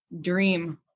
dream